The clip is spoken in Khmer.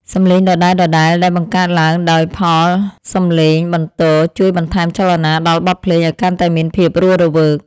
សំឡេងដដែលៗដែលបង្កើតឡើងដោយផលសំឡេងបន្ទរជួយបន្ថែមចលនាដល់បទភ្លេងឱ្យកាន់តែមានភាពរស់រវើក។